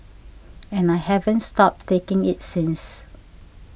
and I haven't stopped taking it since